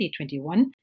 2021